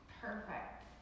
Perfect